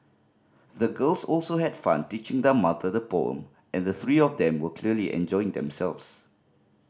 the girls also had fun teaching their mother the poem and the three of them were clearly enjoying themselves